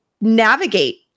navigate